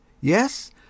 yes